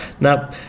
Now